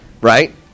right